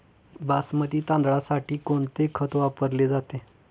बासमती तांदळासाठी कोणते खत वापरले जाते?